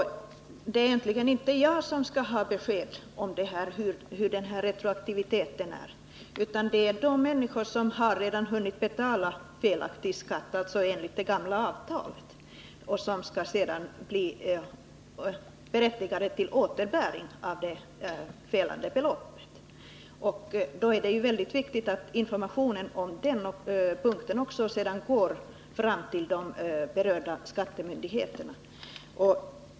Men det är egentligen inte jag som skall ha besked om den här retroaktiviteten, utan det är de människor som redan har hunnit att felaktigt betala in skatt enligt det gamla avtalet och som sedan skall bli berättigade till återbäring av det felaktigt inbetalade beloppet. Det är väldigt viktigt att informationen på den punkten sedan också går fram till de berörda skattemyndigheterna.